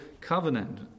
covenant